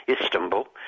Istanbul